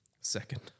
Second